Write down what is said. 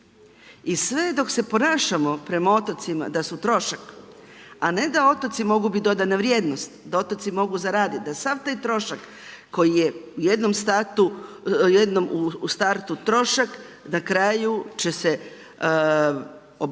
i sve dok se ponašamo prema otocima da su trošak, a ne da otoci mogu bit dodana vrijednost, da otoci mogu zaraditi, da sav taj trošak koji je u jednom startu trošak, na kraju će se,